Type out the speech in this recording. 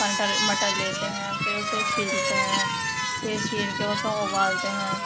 پنٹر مٹر لیتے ہیں پھر اسے چھیلتے ہیں پھر چھیل کے اس کو ابالتے ہیں